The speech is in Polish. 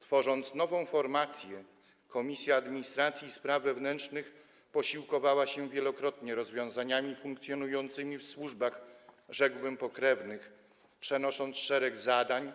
Tworząc nową formację, Komisja Administracji i Spraw Wewnętrznych posiłkowała się wielokrotnie rozwiązaniami funkcjonującymi w służbach, rzekłbym, pokrewnych, przenosząc szereg zadań,